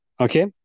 okay